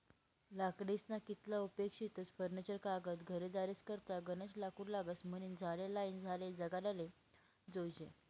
लाकडेस्ना कितला उपेग शेतस फर्निचर कागद घरेदारेस करता गनज लाकूड लागस म्हनीन झाडे लायीन झाडे जगाडाले जोयजे